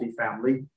multifamily